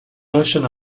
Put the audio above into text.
notion